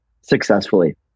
successfully